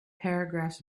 paragraphs